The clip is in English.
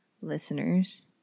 listeners